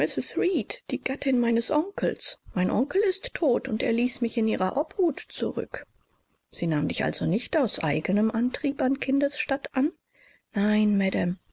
die gattin meines onkels mein onkel ist tot und er ließ mich in ihrer obhut zurück sie nahm dich also nicht aus eigenem antrieb an kindesstatt an nein